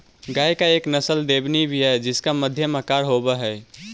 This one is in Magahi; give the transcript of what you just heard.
गाय की एक नस्ल देवनी भी है जिसका मध्यम आकार होवअ हई